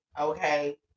Okay